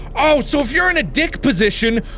oh so if you are in a dick position,